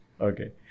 Okay